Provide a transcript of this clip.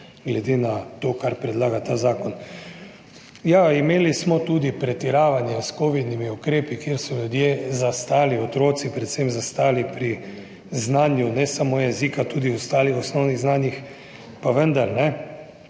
glede na to, kar predlaga ta zakon. Ja, imeli smo tudi pretiravanje s covidnimi ukrepi, kjer so ljudje zastali, otroci predvsem zastali pri znanju, ne samo jezika, tudi ostalih osnovnih znanjih, pa vendar,